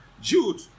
Jude